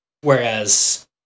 Whereas